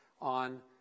on